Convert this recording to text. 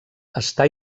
està